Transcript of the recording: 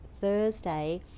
thursday